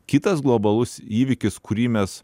kitas globalus įvykis kurį mes